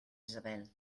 isabel